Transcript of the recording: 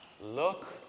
Look